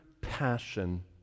passion